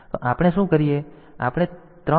તો આપણે શું કરીએ